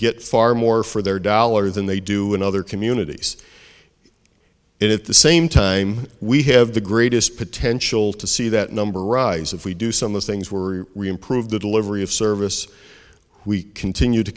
get far more for their dollar than they do in other communities and at the same time we have the greatest potential to see that number rise if we do some of the things we're reem prove the delivery of service we continue to